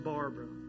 Barbara